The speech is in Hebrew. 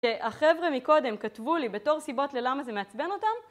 שהחבר'ה מקודם כתבו לי בתור סיבות ללמה זה מעצבן אותם.